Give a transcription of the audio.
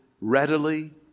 readily